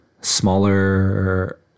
smaller